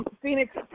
Phoenix